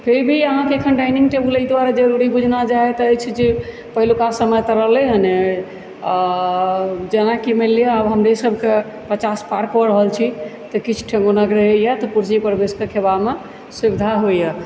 फिर भी अहाँकेँ अखन डाइनिङ्ग टेबुल एहि दुआरे जरूरी बुझना जाइतअछि जे पहिलुका समय तऽ रहलए हँ नहि आओर जेनाकि मानि लिअऽ आब हमरे सभकेँ पचास पार कऽ रहल छी तऽ किछु ठेहुनक रहैए तऽ कुर्सी पर बैसि कऽ खेबामे सुविधा होइए